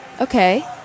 okay